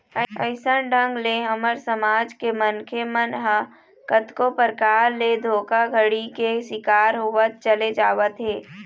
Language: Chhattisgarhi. अइसन ढंग ले हमर समाज के मनखे मन ह कतको परकार ले धोखाघड़ी के शिकार होवत चले जावत हे